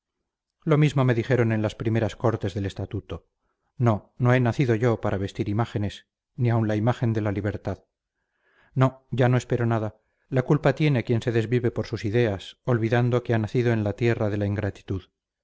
lo mismo me dijeron en las primeras cortes del estatuto no no he nacido yo para vestir imágenes ni aun la imagen de la libertad no ya no espero nada la culpa tiene quien se desvive por sus ideas olvidando que ha nacido en la tierra de la ingratitud